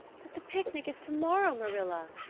but the picnic is tomorrow, marilla,